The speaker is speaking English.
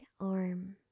arm